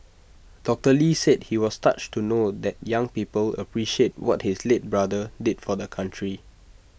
doctor lee said he was touched to know that young people appreciate what his late brother did for the country